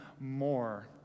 more